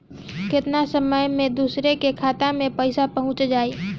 केतना समय मं दूसरे के खाता मे पईसा पहुंच जाई?